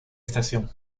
estación